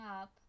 up